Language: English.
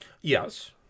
Yes